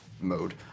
mode